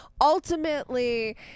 ultimately